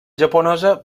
japonesa